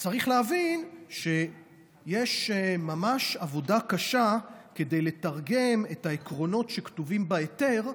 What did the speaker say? צריך להבין שיש ממש עבודה קשה כדי לתרגם את העקרונות שכתובים בהיתר,